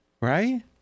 Right